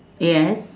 yes